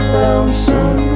lonesome